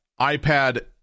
iPad